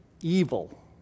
evil